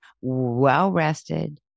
well-rested